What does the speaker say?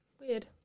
Weird